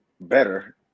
better